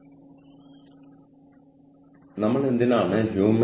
അതിനാൽ ഇത് ഉൽപ്പാദിപ്പിക്കുന്നതിന് നിങ്ങൾക്ക് വേണ്ടത് ഇതാണ്